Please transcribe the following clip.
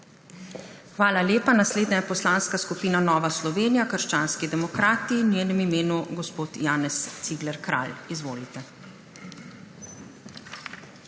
Hvala lepa. Naslednja je Poslanska skupina Nova Slovenija – krščanski demokrati. V njenem imenu gospod Janez Cigler Kralj. Izvolite.